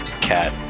cat